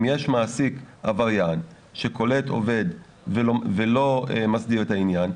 אם יש מעסיק עבריין שקולט עובד ולא מסדיר את העניין,